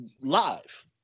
live